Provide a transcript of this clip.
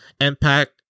Impact